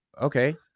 Okay